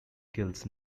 kills